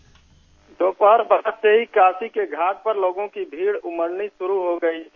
bite दोपहर बाद से ही काशी के घाट पर लोगों की भीड उमडनी शुरू हो गयी थी